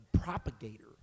propagator